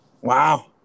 Wow